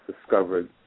discovered